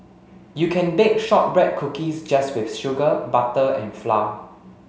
you can bake shortbread cookies just with sugar butter and flour